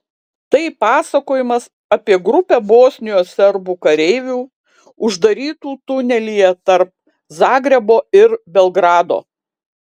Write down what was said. tai pasakojimas apie grupę bosnijos serbų kareivių uždarytų tunelyje tarp zagrebo ir belgrado